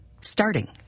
starting